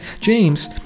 James